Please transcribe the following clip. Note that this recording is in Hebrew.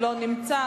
אינו נוכח.